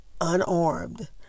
unarmed